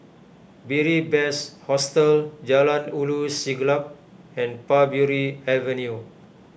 Beary Best Hostel Jalan Ulu Siglap and Parbury Avenue